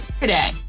today